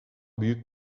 büyük